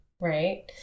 right